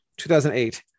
2008